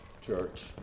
Church